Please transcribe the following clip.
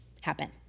happen